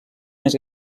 més